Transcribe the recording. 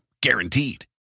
Guaranteed